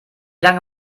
lange